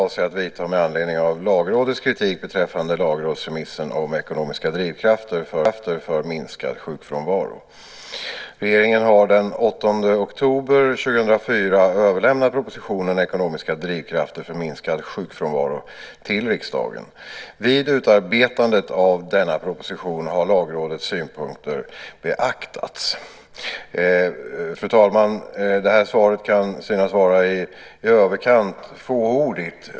Fru talman! Linnéa Darell har frågat mig vilka åtgärder jag avser att vidta med anledning av Lagrådets kritik beträffande lagrådsremissen om ekonomiska drivkrafter för minskad sjukfrånvaro. Regeringen har den 18 oktober 2004 överlämnat propositionen Ekonomiska drivkrafter för minskad sjukfrånvaro till riksdagen. Vid utarbetandet av denna proposition har Lagrådets synpunkter beaktats. Fru talman! Detta svar kan synas vara i överkant fåordigt.